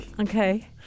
Okay